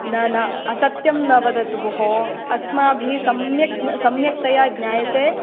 न न असत्यं न वदतु भोः अस्माभिः सम्यक् सम्यक्तया ज्ञायते